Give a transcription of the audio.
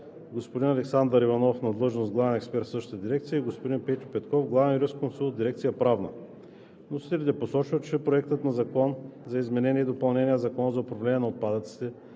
господин Александър Иванов на длъжност главен експерт в същата дирекция и господин Петьо Петков – главен юрисконсулт в дирекция „Правна“. Вносителите посочват, че Проектът на закон за изменение и допълнение на Закона за управление на отпадъците